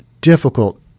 difficult